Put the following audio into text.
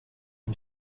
est